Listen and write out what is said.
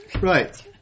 Right